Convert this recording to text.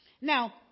Now